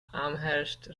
amherst